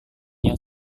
yang